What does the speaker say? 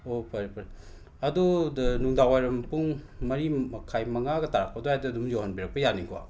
ꯑꯣ ꯐꯔꯦ ꯐꯔꯦ ꯑꯗꯣꯗ ꯅꯨꯡꯗꯥꯡꯋꯥꯏꯔꯝ ꯄꯨꯡ ꯃꯔꯤ ꯃꯈꯥꯏ ꯃꯉꯥꯒ ꯇꯥꯔꯛꯄ ꯑꯗꯨꯋꯥꯏꯗ ꯑꯗꯨꯝ ꯌꯧꯍꯟꯕꯤꯔꯛꯄ ꯌꯥꯅꯤꯀꯣ